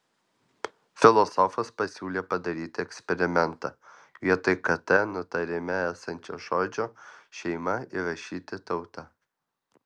filosofas pasiūlė padaryti eksperimentą vietoj kt nutarime esančio žodžio šeima įrašyti tauta